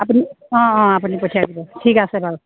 আপুনি অ' অ' আপুনি পঠিয়াই দিব ঠিক আছে বাৰু